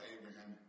Abraham